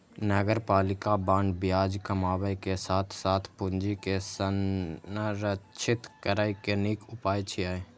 नगरपालिका बांड ब्याज कमाबै के साथ साथ पूंजी के संरक्षित करै के नीक उपाय छियै